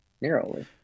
narrowly